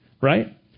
right